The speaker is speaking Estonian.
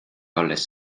alles